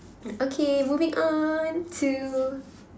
okay moving on to